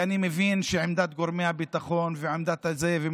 כי אני מבין שעמדת גורמי הביטחון לנסות